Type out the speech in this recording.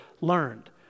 learned